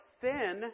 thin